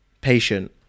patient